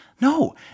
no